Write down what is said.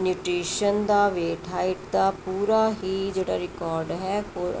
nutrition ਦਾ weight height ਦਾ ਪੂਰਾ ਹੀ ਜਿਹੜਾ ਰਿਕਾਰਡ ਹੈ ਪੋ